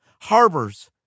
harbors